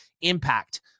impact